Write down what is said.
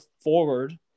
forward